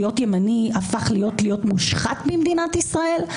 להיות ימני הפך ללהיות מושחת במדינת ישראל?